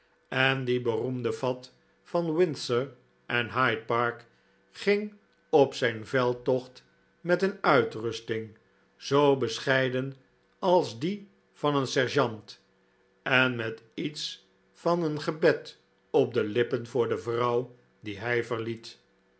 en die beroemde fat van windsor en hyde park ging op zijn veldtocht met een uitrusting zoo bescheiden als die van een sergeant en met iets van een gebed op de lippen voor de vrouw die hij